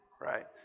Right